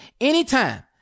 anytime